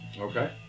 Okay